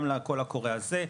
גם לקול הקורא הזה,